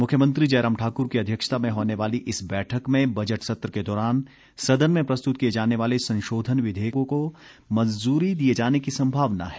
मुख्यमंत्री जयराम ठाक्र की अध्यक्षता में होने वाली इस बैठक में बजट सत्र के दौरान सदन में प्रस्तुत किये जाने वाले संशोधन विधेयकों को मंजूरी दिये जाने की संभावना है